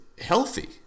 healthy